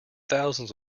thousands